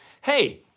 Hey